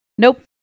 Nope